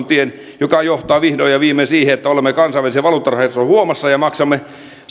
tien joka johtaa viimein siihen että olemme kansainvälisen valuuttarahaston huomassa ja maksamme